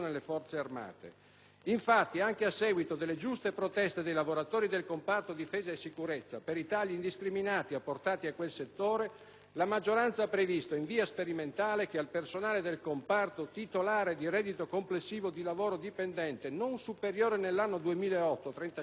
Infatti, anche a seguito delle giuste proteste dei lavoratori del comparto difesa e sicurezza per i tagli indiscriminati apportati a quel settore, la maggioranza ha previsto in via sperimentale che al personale del comparto titolare di reddito complessivo di lavoro dipendente non superiore nell'anno 2008 a 35.000 euro